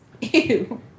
Ew